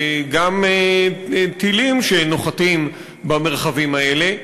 וגם טילים שנוחתים במרחבים האלה,